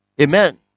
Amen